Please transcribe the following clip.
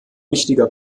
wichtiger